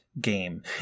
game